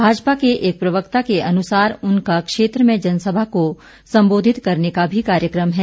भाजपा के एक प्रवक्ता के अनुसार उनका क्षेत्र में जनसभा को संबोधित करने का भी कार्यक्रम है